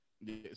Yes